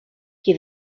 qui